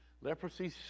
leprosy